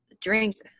drink